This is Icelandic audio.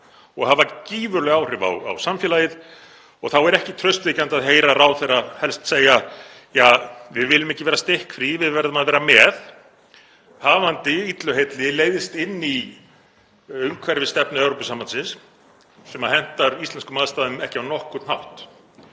og hafa gífurleg áhrif á samfélagið. Og þá er ekki traustvekjandi að heyra ráðherra helst segja: Ja, við viljum ekki vera stikkfrí. Við verðum að vera með, hafandi illu heilli leiðst inn í umhverfisstefnu Evrópusambandsins sem hentar íslenskum aðstæðum ekki á nokkurn hátt